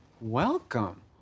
Welcome